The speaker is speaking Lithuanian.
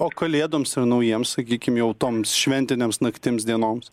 o kalėdoms ir naujiems sakykim jau toms šventinėms naktims dienoms